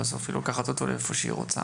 בסוף היא לוקחת אותו לאיפה שהיא רוצה,